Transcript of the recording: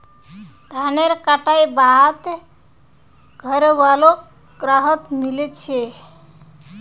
धानेर कटाई बाद घरवालोक राहत मिली छे